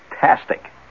fantastic